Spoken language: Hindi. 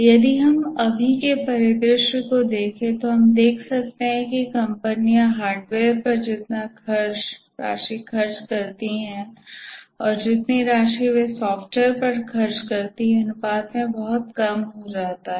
यदि हम अभी के परिदृश्य को देखें तो हम देख सकते हैं कि कंपनियां हार्डवेयर पर जितनी राशि खर्च करती हैं और जितनी राशि वे सॉफ्टवेयर पर खर्च करती हैं यह अनुपात में बहुत कम हो जाता है